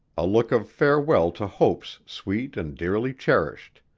a look of farewell to hopes sweet and dearly cherished.